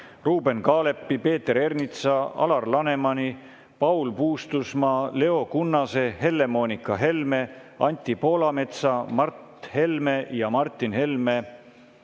Ruuben Kaalepi, Peeter Ernitsa, Alar Lanemani, Paul Puustusmaa, Leo Kunnase, Helle-Moonika Helme, Anti Poolametsa, Mart Helme ja Martin Helme